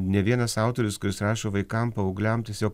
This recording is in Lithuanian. ne vienas autorius kuris rašo vaikam paaugliam tiesiog